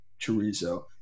chorizo